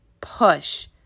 push